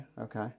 okay